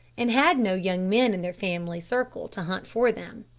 and had no young men in their family circle to hunt for them.